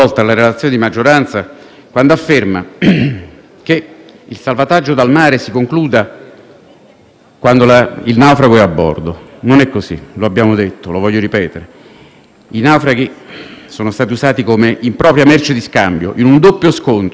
quando il naufrago è a bordo. Non è così, lo abbiamo detto e lo voglio ripetere. I naufraghi sono stati usati come impropria merce di scambio in un doppio scontro con Malta e l'Unione europea, scontro che tra l'altro ci ha visti perdenti in entrambi i casi,